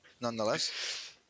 nonetheless